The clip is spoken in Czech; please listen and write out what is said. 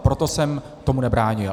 Proto jsem tomu nebránil.